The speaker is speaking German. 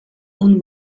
und